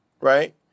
right